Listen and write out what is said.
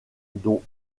dont